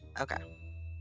okay